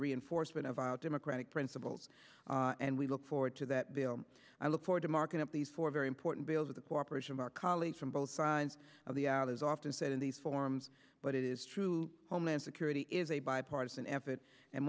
reinforcement of our democratic principles and we look forward to that i look forward to marking up these four very important bills of the cooperation of our colleagues from both sides of the out is often said in these forums but it is true homeland security is a bipartisan effort and